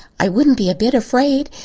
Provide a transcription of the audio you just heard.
i wouldn't be a bit afraid,